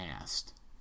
asked